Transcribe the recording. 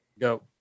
Go